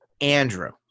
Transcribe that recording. Andrew